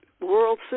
world